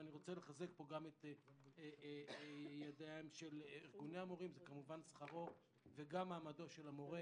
ואני רוצה לחזק את ידיהם של ארגוני המורים שכרו ומעמדו של המורה.